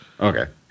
Okay